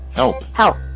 help! help.